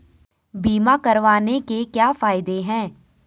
बीमा करवाने के क्या फायदे हैं?